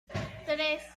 tres